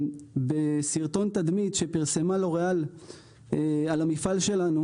בסרטון תדמית שפרסמה לוריאל על המפעל שלנו